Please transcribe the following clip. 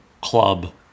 club